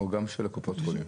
או גם של קופות החולים?